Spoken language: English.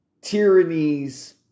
tyrannies